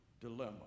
dilemma